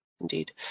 Indeed